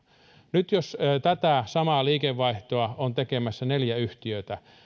nyt jos tätä samaa liikevaihtoa on tekemässä neljä yhtiötä